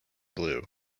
blue